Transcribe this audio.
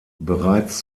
bereits